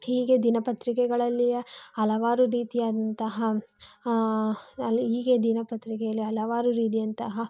ಹೀಗೆ ದಿನಪತ್ರಿಕೆಗಳಲ್ಲಿಯ ಹಲವಾರು ರೀತಿಯಾದಂತಹ ಅಲ್ಲಿ ಹೀಗೆ ದಿನಪತ್ರಿಕೆಯಲ್ಲಿ ಹಲವಾರು ರೀತಿಯಂತಹ